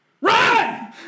Run